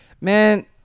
man